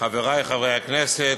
חברי חברי הכנסת,